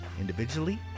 individually